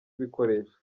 ibikoresho